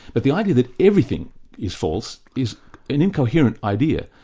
but the idea that everything is false is an incoherent idea.